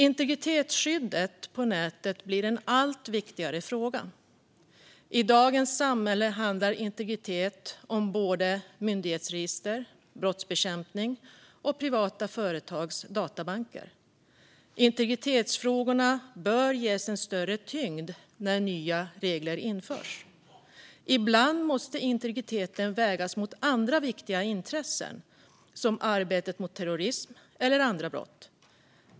Integritetsskyddet på nätet blir en allt viktigare fråga. I dagens samhälle handlar integritet om myndighetsregister, brottsbekämpning och privata företags databanker. Integritetsfrågorna bör ges en större tyngd när nya regler införs. Ibland måste integriteten vägas mot andra viktiga intressen, som arbetet mot terrorism eller andra brott.